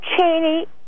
cheney